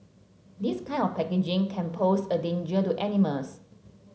this kind of packaging can pose a danger to animals